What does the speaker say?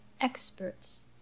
experts